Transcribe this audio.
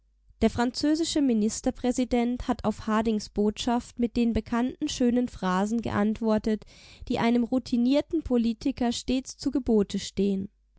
der französische ministerpräsident hat auf hardings botschaft mit den bekannten schönen phrasen geantwortet die einem routinierten politiker stets zu gebote stehen